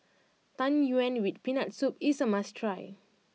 Tang Yuen with Peanut Soup is a must try